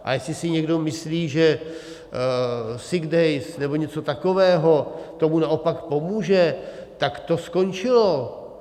A jestli si někdo myslí, že sick days nebo něco takového tomu naopak pomůže, tak to skončilo.